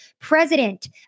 president